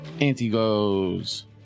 Anti-goes